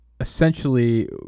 essentially